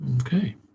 Okay